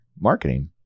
marketing